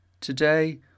Today